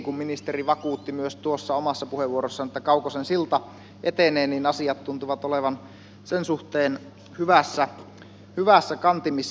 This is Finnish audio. kun myös ministeri vakuutti tuossa omassa puheenvuorossaan että kaukosen silta etenee niin asiat tuntuvat olevan sen suhteen hyvissä kantimissa